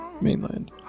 mainland